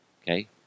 Okay